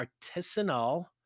artisanal